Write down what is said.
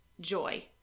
joy